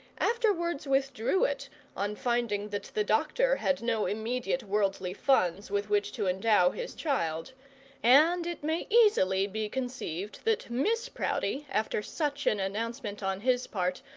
afterwards withdrew it on finding that the doctor had no immediate worldly funds with which to endow his child and it may easily be conceived that miss proudie, after such an announcement on his part,